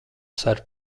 ser